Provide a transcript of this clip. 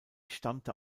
stammte